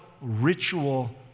ritual